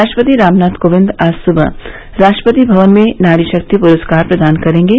राष्ट्रपति रामनाथ कोविंद आज सुबह राष्ट्रपति भवन में नारी शक्ति पुरस्कार प्रदान करेंगे